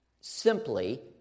Simply